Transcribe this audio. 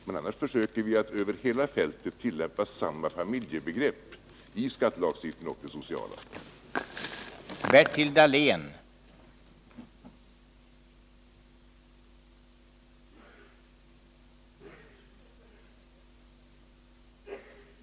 Men annars försöker vi att över hela fältet tillämpa samma familjebegrepp i skattelagstiftningen och i den sociala lagstiftningen.